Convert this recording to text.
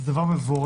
זה דבר מבורך,